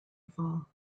fall